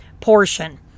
portion